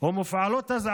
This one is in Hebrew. או מופעלות אזעקות,